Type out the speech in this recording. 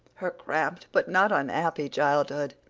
her cramped but not unhappy childhood,